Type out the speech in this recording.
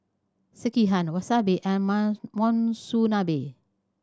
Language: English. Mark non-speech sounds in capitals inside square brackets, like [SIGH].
Sekihan Wasabi and [UNINTELLIGIBLE] Monsunabe